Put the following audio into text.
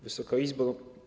Wysoka Izbo!